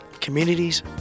communities